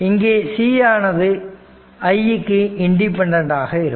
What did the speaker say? இங்கே c ஆனது i க்கு இண்டிபெண்டன்ட் ஆக இருக்கும்